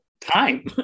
time